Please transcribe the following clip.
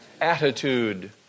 Attitude